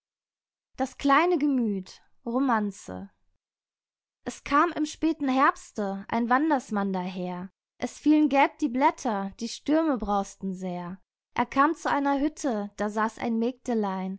das kleine gemüth romanze es kam im späten herbste ein wandersmann daher es fielen gelb die blätter die stürme brausten sehr er kam zu einer hütte da saß ein